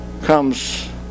comes